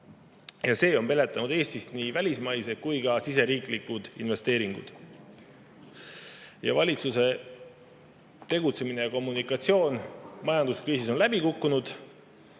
See on peletanud Eestist nii välismaised kui ka siseriiklikud investeeringud. Valitsuse tegutsemine ja kommunikatsioon majanduskriisis on läbi kukkunud.